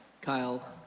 Kyle